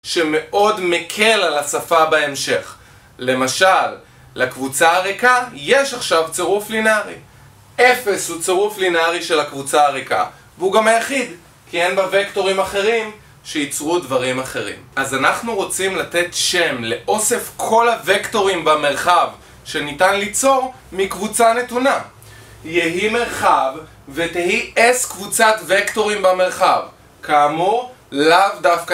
שמאוד מקל על השפה בהמשך למשל, לקבוצה הריקה יש עכשיו צירוף לינארי 0 הוא צירוף לינארי של הקבוצה הריקה והוא גם היחיד כי אין בה וקטורים אחרים שיצרו דברים אחרים אז אנחנו רוצים לתת שם לאוסף כל הוקטורים במרחב שניתן ליצור מקבוצה נתונה יהי מרחב ותהי s קבוצת וקטורים במרחב כאמור, לאו דווקא